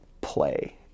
play